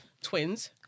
Twins